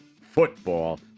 football